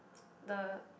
the